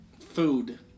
Food